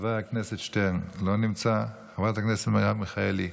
חבר הכנסת שטרן, לא נמצא, חברת הכנסת מרב מיכאלי,